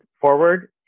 forward